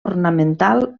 ornamental